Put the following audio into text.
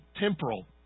temporal